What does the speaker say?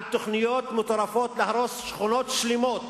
על תוכניות מטורפות להרוס שכונות שלמות,